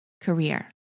career